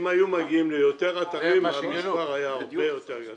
-- שאם היו מגיעים ליותר אתרים המספר היה הרבה יותר גדול,